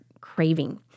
craving